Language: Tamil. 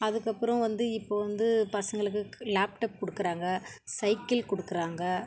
அதுக்கப்புறம் வந்து இப்போ வந்து பசங்களுக்குக் லேப்டாப் கொடுக்குறாங்க சைக்கிள் கொடுக்குறாங்க